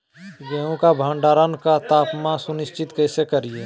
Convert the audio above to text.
गेहूं का भंडारण का तापमान सुनिश्चित कैसे करिये?